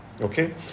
okay